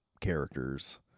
characters